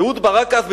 אהוד ברק אז,